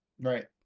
Right